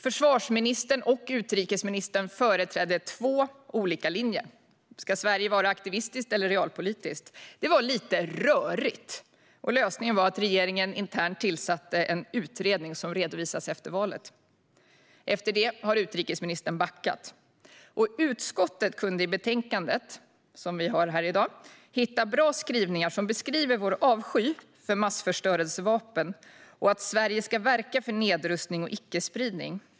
Försvarsministern och utrikesministern företrädde två olika linjer här: Ska Sverige vara aktivistiskt eller realpolitiskt? Det var lite rörigt, och lösningen blev att regeringen internt tillsatte en utredning som ska redovisas efter valet. Efter detta har utrikesministern backat. Utskottet kunde i det betänkande vi behandlar i dag hitta bra skrivningar som beskriver vår avsky för massförstörelsevapen och att Sverige ska verka för nedrustning och icke-spridning.